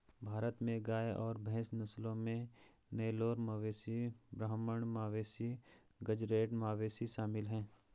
भारत में गाय और भैंस नस्लों में नेलोर मवेशी ब्राह्मण मवेशी गेज़रैट मवेशी शामिल है